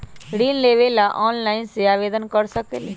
ऋण लेवे ला ऑनलाइन से आवेदन कर सकली?